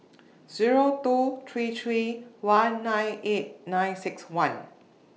Zero two three three one nine eight nine six one